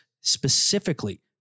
specifically